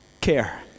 care